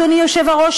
אדוני היושב-ראש,